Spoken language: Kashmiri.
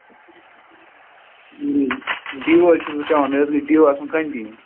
ڈِیو حظ چھُس بہٕ چیٚوان مےٚ حظ گژھِ ڈِیو آسُن کَنٹِنیوٗ